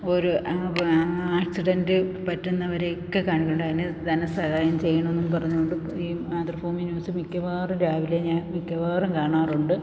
ഓരോ ആക്സിഡൻ്റ് പറ്റുന്നവരെയൊക്കെ കാണുന്നുണ്ട് അതിന് ധനസഹായം ചെയ്യണമെന്നും പറഞ്ഞുകൊണ്ട് ഈ മാതൃഭൂമി ന്യൂസ് മിക്കവാറും രാവിലെ ഞാൻ മിക്കവാറും കാണാറുണ്ട്